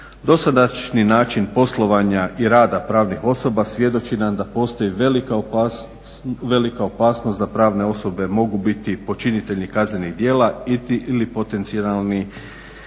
Dosadašnji način poslovanja i rada pravnih osoba svjedoči nam da postoji velika opasnost da pravne osobe mogu biti počinitelji kaznenih djela ili potencijalni